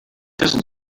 doesn’t